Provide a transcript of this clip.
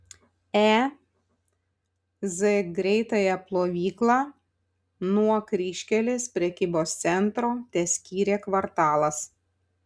e z greitąją plovyklą nuo kryžkelės prekybos centro teskyrė kvartalas